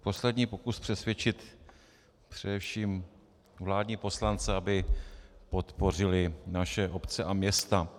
Poslední pokus přesvědčit především vládní poslance, aby podpořili naše obce a města.